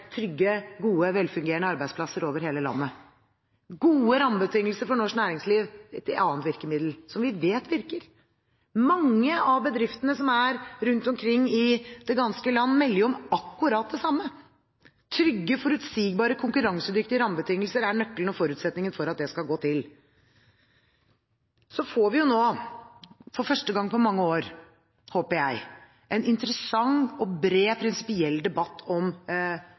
trygge, gode og velfungerende arbeidsplasser over hele landet. Gode rammebetingelser for norsk næringsliv er et annet virkemiddel som vi vet virker. Mange av bedriftene rundt omkring i det ganske land melder om akkurat det samme. Trygge, forutsigbare og konkurransedyktige rammebetingelser er nøkkelen og forutsetningen for at det skal gå til. Så får vi nå, håper jeg – for første gang på mange år – en interessant og bred, prinsipiell debatt om